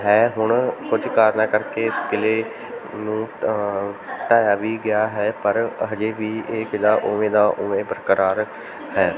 ਹੈ ਹੁਣ ਕੁਝ ਕਾਰਨਾਂ ਕਰਕੇ ਇਸ ਕਿਲ੍ਹੇ ਨੂੰ ਢਾਹਿਆ ਵੀ ਗਿਆ ਹੈ ਪਰ ਅਜੇ ਵੀ ਇਹ ਕਿਲ੍ਹਾ ਉਵੇਂ ਦਾ ਉਵੇਂ ਬਰਕਰਾਰ ਹੈ